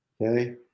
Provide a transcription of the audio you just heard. okay